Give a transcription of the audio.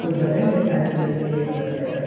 कुछ बताएंगे स्थानीय एबूलेंस के लिए मतलब कैसा